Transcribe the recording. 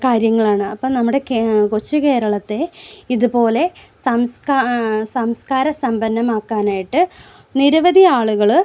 കാര്യങ്ങളാണ് അപ്പം നമ്മുടെ കൊച്ചു കേരളത്തെ ഇതുപോലെ സംസ്കാര സമ്പന്നമാക്കാനായിട്ട് നിരവധി ആളുകൾ